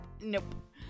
Nope